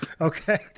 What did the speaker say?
okay